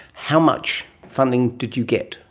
how much funding did you get?